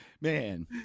Man